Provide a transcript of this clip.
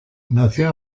nació